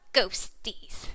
ghosties